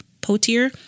potier